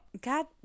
god